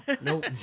Nope